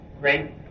great